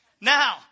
Now